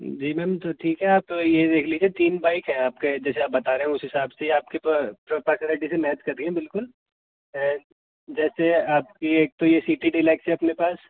जी ma'am तो ठीक है आप यह देख लीजिए तीन बाइक है आपके जैसे आप बता रहे हो उस हिसाब से आपके पर्सनैलिटी से मैच कर रही है बिल्कुल जैसे आपकी एक तो यह सी डी डीलक्स है अपने पास